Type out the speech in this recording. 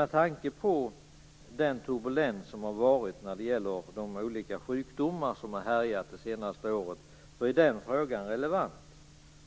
Med tanke på turbulensen kring de olika sjukdomar som har härjat det senaste året är den frågan relevant.